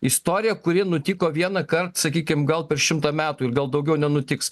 istorija kuri nutiko vienąkart sakykim gal per šimtą metų ir gal daugiau nenutiks